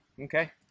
Okay